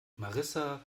marissa